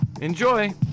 Enjoy